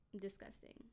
Disgusting